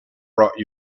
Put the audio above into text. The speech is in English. brought